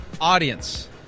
audience